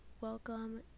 welcome